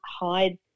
hide